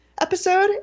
episode